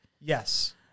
Yes